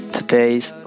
Today's